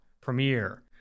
Premiere